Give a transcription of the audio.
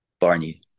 barney